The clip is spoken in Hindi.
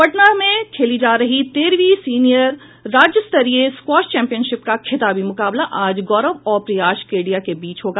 पटना में खेली जा रही तेरहवीं सीनियर राज्यस्तरीय स्कवैश चैम्पियनशिप का खिताबी मुकाबला आज गौरव और प्रियाश कैडिया के बीच होगा